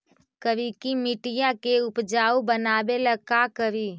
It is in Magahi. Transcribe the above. करिकी मिट्टियां के उपजाऊ बनावे ला का करी?